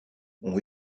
ont